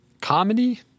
comedy